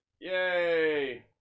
Yay